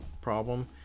problem